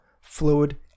fluid